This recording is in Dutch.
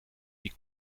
die